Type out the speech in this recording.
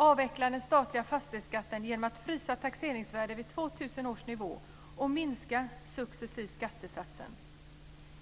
· Avveckla den statliga fastighetskatten genom att frysa taxeringsvärdet vid 2000 års nivå och successivt minska skattesatsen.